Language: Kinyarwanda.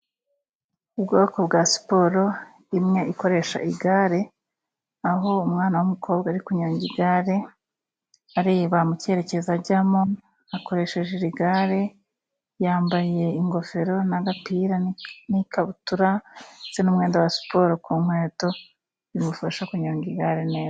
Ubwoko bwa siporo imwe ikoresha igare, aho umwana w'umukobwa ari kunyonga igare, areba mu cyerekezo ajyamo akoresheje igare, yambaye ingofero n'agapira n'ikabutura, ndetse n'umwenda wa siporo ku nkweto, bimufasha kunyonga igare neza.